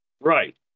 Right